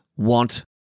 want